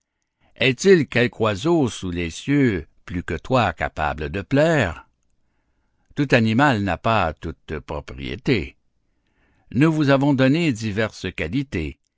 est-il quelque oiseau sous les cieux plus que toi capable de plaire tout animal n'a pas toutes propriétés nous vous avons donné diverses qualités